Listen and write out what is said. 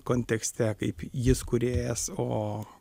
kontekste kaip jis kūrėjas o